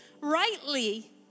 rightly